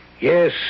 Yes